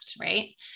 right